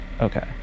Okay